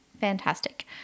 Fantastic